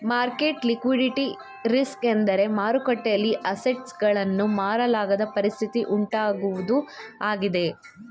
market liquidity risk ಎಂದರೆ ಮಾರುಕಟ್ಟೆಯಲ್ಲಿ assets ಗಳನ್ನು ಮಾರಲಾಗದ ಪರಿಸ್ಥಿತಿ ಉಂಟಾಗುವುದು ಆಗಿದೆ